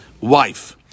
wife